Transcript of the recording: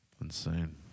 Insane